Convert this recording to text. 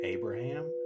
Abraham